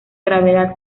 gravedad